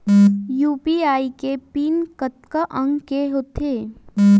UPI के PIN कतका अंक के होथे?